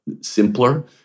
simpler